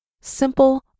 Simple